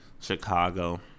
Chicago